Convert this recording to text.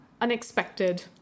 Unexpected